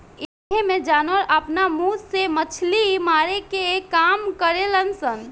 एइमें जानवर आपना मुंह से मछली मारे के काम करेल सन